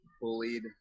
bullied